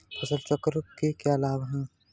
फसल चक्र के क्या लाभ हैं?